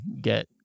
get